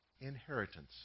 inheritance